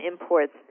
imports